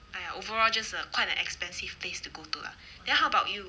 !aiya! overall just a quite a expensive place to go to lah then how about you